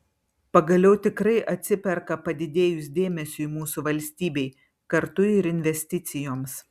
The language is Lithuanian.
pagaliau tikrai atsiperka padidėjus dėmesiui mūsų valstybei kartu ir investicijoms